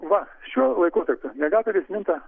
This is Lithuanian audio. va šiuo laikotarpiu miegapelės minta